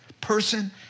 person